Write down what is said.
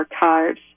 Archives